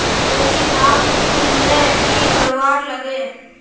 उचित दाम नि मिलले की करवार लगे?